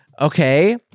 Okay